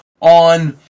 on